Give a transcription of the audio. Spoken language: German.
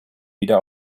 wieder